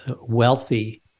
wealthy